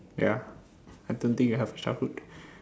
ya I don't think I have a childhood